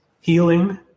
healing